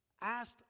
asked